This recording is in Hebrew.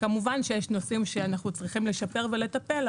כמובן שיש נושאים שאנחנו צריכים לשפר ולטפל,